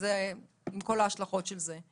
עם כל ההשלכות של זה.